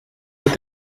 mit